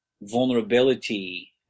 vulnerability